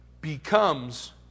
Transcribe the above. becomes